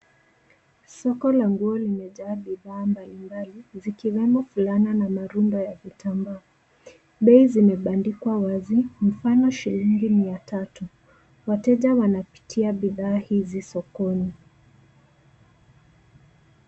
Soko la nguo limejaa bidhaa mbalimbali, zikiwemo fulana na marunda ya kitambaa. Bei zimebandikwa wazi, mfano shilingi mia tatu. Wateja wanapitia bidhaa hizi sokoni.